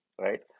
right